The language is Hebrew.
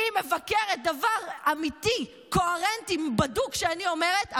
היא מבקרת דבר אמיתי, קוהרנטי, בדוק, שאני אומרת.